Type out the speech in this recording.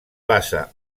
basa